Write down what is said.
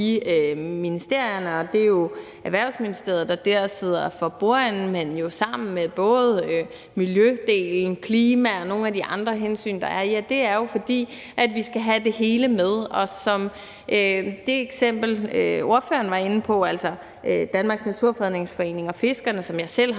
ministerierne – og det er jo Erhvervsministeriet, der sidder for bordenden, men de skal også tage hensyn til miljødelen og klimadelen og nogle af de andre hensyn, der er – er, at vi skal have det hele med. Det viser det eksempel, som ordføreren var inde på, altså at Danmarks Naturfredningsforening og fiskerne, som jeg selv har